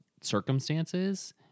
circumstances